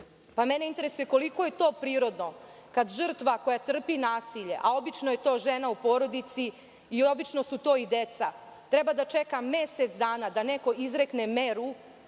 Mene interesuje - koliko je to prirodno kad žrtva koja trpi nasilje? Obično je to žena u porodici i obično su to i deca, treba da čeka mesec dana da neko izrekne meru